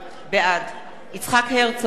בעד יצחק הרצוג,